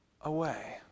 away